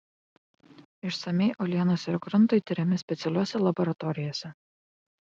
išsamiai uolienos ir gruntai tiriami specialiose laboratorijose